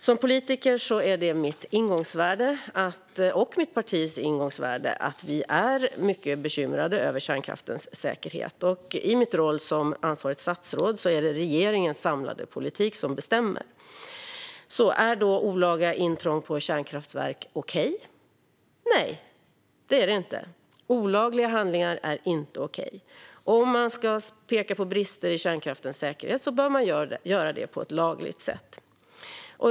Som politiker är mitt och mitt partis ingångsvärde att vi är mycket bekymrade över kärnkraftens säkerhet. I min roll som ansvarigt statsråd är det regeringens samlade politik som bestämmer. Är då olaga intrång på kärnkraftverk okej? Nej, det är det inte - olagliga handlingar är inte okej. Om man ska peka på brister i kärnkraftens säkerhet bör man göra det på ett lagligt sätt.